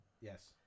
Yes